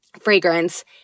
fragrance